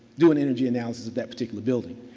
do an energy analysis of that particular building.